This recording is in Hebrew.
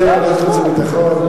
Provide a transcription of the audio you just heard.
אבל, כבוד השר, אני אומרת לך שבבית-אריה,